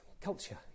culture